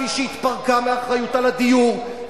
כפי שהתפרקה מאחריות לדיור,